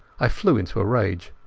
i flew into a rage.